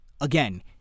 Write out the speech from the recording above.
Again